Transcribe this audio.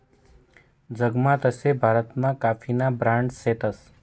जगमा तशे भारतमा काफीना ब्रांड शेतस